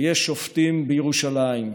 ויש שופטים בירושלים,